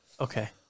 Okay